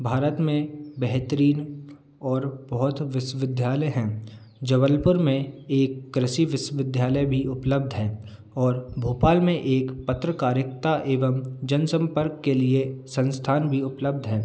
भारत में बेहतरीन और बहुत विश्वविद्यालय हैं जबलपुर में एक कृषि विश्वविद्यालय भी उपलब्ध है और भोपाल में एक पत्रकारिकता एवं जन सम्पर्क के लिए संस्थान भी उपलब्ध है